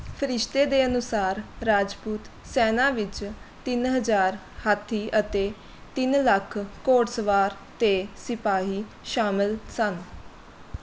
ਫਰਿਸ਼ਤੇ ਦੇ ਅਨੁਸਾਰ ਰਾਜਪੂਤ ਸੈਨਾ ਵਿੱਚ ਤਿੰਨ ਹਜ਼ਾਰ ਹਾਥੀ ਅਤੇ ਤਿੰਨ ਲੱਖ ਘੋੜਸਵਾਰ ਅਤੇ ਸਿਪਾਹੀ ਸ਼ਾਮਲ ਸਨ